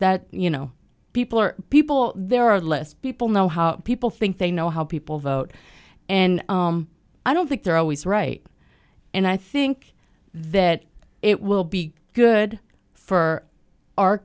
that you know people are people there are less people know how people think they know how people vote and i don't think they're always right and i think that it will be good for our